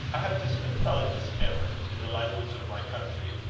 i have just been telling miss cameron in the language of my country,